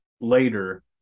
later